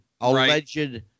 alleged